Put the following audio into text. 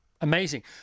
Amazing